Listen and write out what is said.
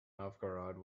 novgorod